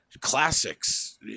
classics